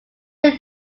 would